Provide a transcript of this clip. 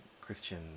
christian